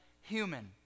human